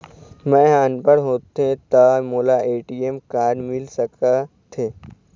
मैं ह अनपढ़ होथे ता मोला ए.टी.एम कारड मिल सका थे?